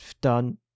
done